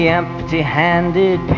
empty-handed